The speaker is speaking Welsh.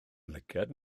lygaid